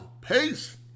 Peace